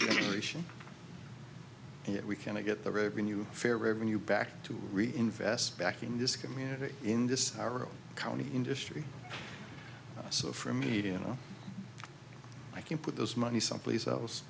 generation yet we can to get the revenue fair revenue back to reinvest back in this community in this county industry so for me to know i can put this money someplace else